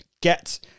get